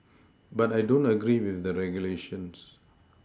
but I don't agree with the regulations